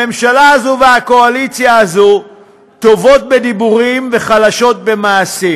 הממשלה הזאת והקואליציה הזאת טובות בדיבורים וחלשות במעשים.